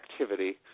activity